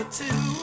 two